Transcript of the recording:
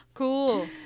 Cool